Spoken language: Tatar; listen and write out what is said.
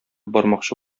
бармакчы